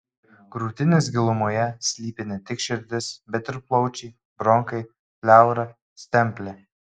krūtinės gilumoje slypi ne tik širdis bet ir plaučiai bronchai pleura stemplė